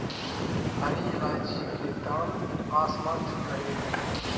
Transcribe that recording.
हरी इलायची के दाम आसमान छू रहे हैं